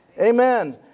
Amen